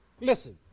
Listen